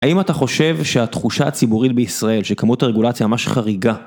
האם אתה חושב שהתחושה הציבורית בישראל, שכמות הרגולציה ממש חריגה?